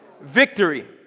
victory